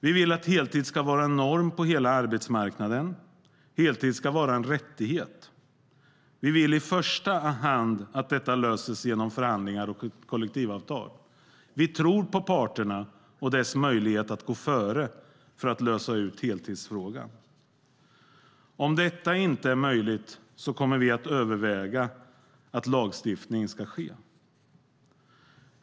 Vi vill att heltid ska vara en norm på hela arbetsmarknaden. Heltid ska vara en rättighet. Vi vill i första hand att detta löses genom förhandlingar och kollektivavtal. Vi tror på parterna och deras möjligheter att gå före för att lösa ut heltidsfrågan. Men om detta inte är möjligt kommer vi att överväga att lagstiftning ska ske.